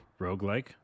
roguelike